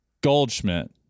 Goldschmidt